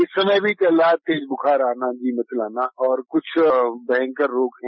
इस समय भी चल रहा तेज बुखार आना जी मितलाना और कुछ भयंकर रूप है